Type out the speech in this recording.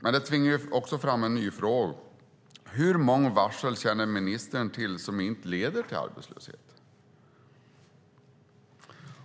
Men det tvingar fram en ny fråga. Hur många varsel känner ministern till som inte leder till arbetslöshet?